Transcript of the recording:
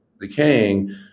decaying